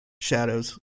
shadows